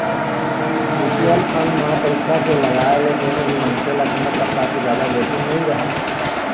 mutual fund म पइसा के लगाए ले कोनो भी मनखे ल कोनो परकार के जादा जोखिम नइ रहय